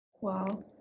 Wow